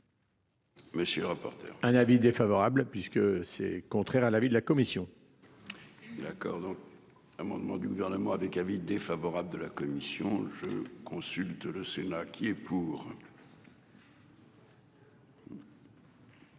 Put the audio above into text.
Monsieur le rapporteur. Un avis défavorable puisque c'est contraire à l'avis de la commission. D'accord donc. Un amendement du gouvernement avec avis défavorable de la commission je consulte le Sénat qui est pour.